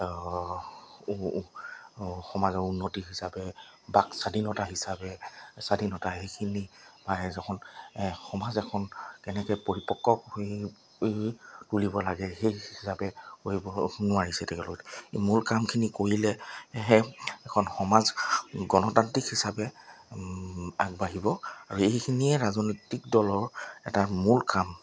সমাজৰ উন্নতি হিচাপে বাক স্বাধীনতা হিচাপে স্বাধীনতা সেইখিনি বা যোন সমাজ এখন কেনেকৈ পৰিপক্ক কৰি তুলিব লাগে সেই হিচাপে কৰিব নোৱাৰিছে তেখেতলোকে মোৰ কামখিনি কৰিলেহে এখন সমাজ গণতান্ত্ৰিক হিচাপে আগবাঢ়িব আৰু এইখিনিয়ে ৰাজনৈতিক দলৰ এটা মূল কাম